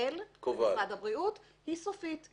המנהל במשרד הבריאות היא סופית.